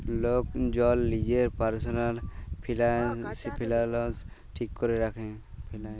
lock জল লিজের পারসলাল ফিলালস ঠিক ক্যরে রাখে